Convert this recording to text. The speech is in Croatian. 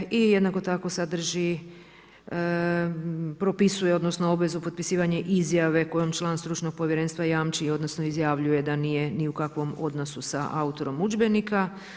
Dakle i jednako tako sadrži, propisuje odnosno, obvezu potpisivanju izjave, kojom član stručnog povjerenstva jamči, odnosno, izjavljuje da nije ni u kakvom odnosu sa autorom udžbenika.